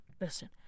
listen